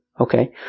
Okay